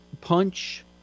punch